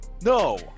no